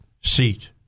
seat